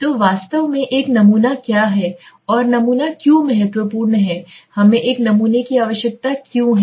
तो वास्तव में एक नमूना क्या है और नमूना क्यों महत्वपूर्ण है हमें एक नमूने की आवश्यकता क्यों है